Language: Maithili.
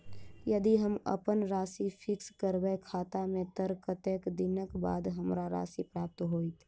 यदि हम अप्पन राशि फिक्स करबै खाता मे तऽ कत्तेक दिनक बाद हमरा राशि प्राप्त होइत?